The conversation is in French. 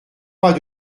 pas